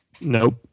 Nope